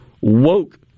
woke